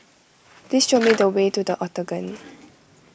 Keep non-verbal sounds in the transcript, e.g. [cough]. please show me the [noise] way to the Octagon